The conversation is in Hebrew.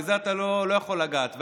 בזה אתה לא יכול לגעת.